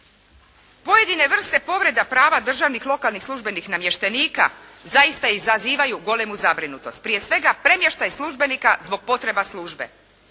Pojedine vrste povreda prava državnih lokalnih službenih namještenika zaista izazivaju golemu zabrinutost. Prije svega premještaj službenika zbog potreba službe,